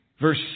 Verse